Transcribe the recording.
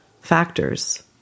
factors